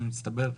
במצטבר,